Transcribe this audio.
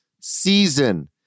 season